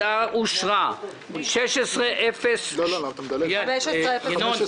הצבעה בעד, רוב נגד, נמנעים,